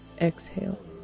Exhale